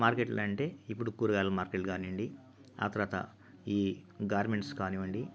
మార్కెట్లు అంటే ఇప్పుడు కూరగాయల మార్కెట్లు కానీయండి ఆ తర్వాత ఈ గార్మెంట్స్ కానివ్వండి